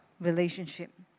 relationship